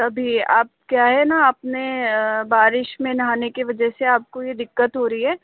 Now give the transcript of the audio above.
तभी आप क्या है न आपने बारिश में नहाने के वजह से आपको यह दिक्कत हो रही है